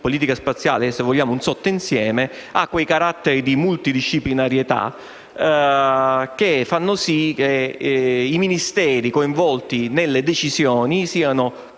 politica spaziale è - se vogliamo - un sottoinsieme, infatti, ha quei caratteri di multidisciplinarietà che fanno sì che i Ministeri coinvolti nelle decisioni siano